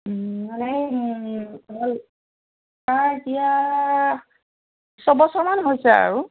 মানে তাৰ এতিয়া ছবছৰমান হৈছে আৰু